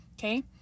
okay